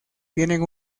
tienen